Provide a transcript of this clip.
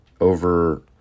over